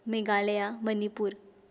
Meghalaya Manipur